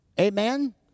Amen